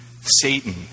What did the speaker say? Satan